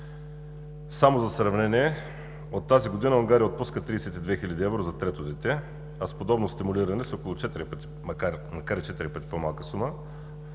Само за сравнение – от тази година Унгария отпуска 32 хил. евро за трето дете, а с подобно стимулиране с около четири пъти, макар